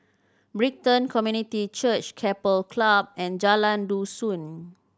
Brighton Community Church Keppel Club and Jalan Dusun